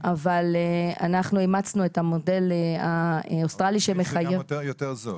אבל אנחנו אימצנו את המודל האוסטרלי שמחייב --- שגם יותר זול.